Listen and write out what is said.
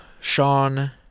Sean